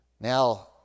Now